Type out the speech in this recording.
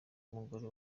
umugore